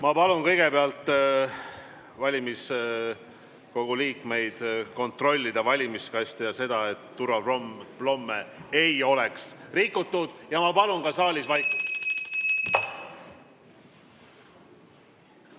Ma palun kõigepealt valimiskogu liikmetel kontrollida valimiskaste ja seda, et turvaplomme ei oleks rikutud. Palun ka saalis vaikust!